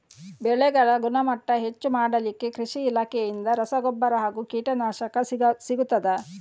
ಬೆಳೆಗಳ ಗುಣಮಟ್ಟ ಹೆಚ್ಚು ಮಾಡಲಿಕ್ಕೆ ಕೃಷಿ ಇಲಾಖೆಯಿಂದ ರಸಗೊಬ್ಬರ ಹಾಗೂ ಕೀಟನಾಶಕ ಸಿಗುತ್ತದಾ?